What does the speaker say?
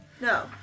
No